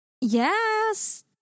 yes